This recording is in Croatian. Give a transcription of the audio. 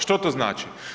Što to znači?